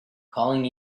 calling